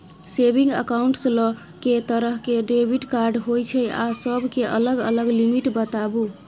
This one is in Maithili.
सेविंग एकाउंट्स ल के तरह के डेबिट कार्ड होय छै आ सब के अलग अलग लिमिट बताबू?